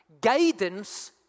guidance